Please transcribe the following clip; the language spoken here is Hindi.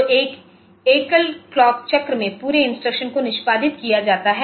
तो एक एकल क्लॉक चक्र में पूरे इंस्ट्रक्शन को निष्पादित किया जाता है